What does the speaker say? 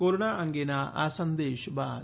corona અંગેના આ સંદેશ બાદ